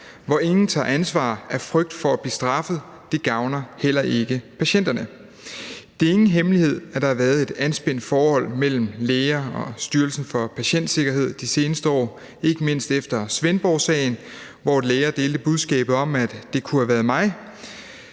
hvor ingen tager ansvar af frygt for at blive straffet. Det gavner heller ikke patienterne. Det er ingen hemmelighed, at der har været et anspændt forhold mellem læger og Styrelsen for Patientsikkerhed de seneste år – ikke mindst efter Svendborgsagen, hvor læger delte budskabet om, at »det kunne have været mig«.